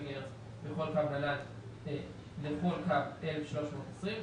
מגה-הרץ בכל קו נל"ן, לכל קו 1,320 שקלים.